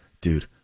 dude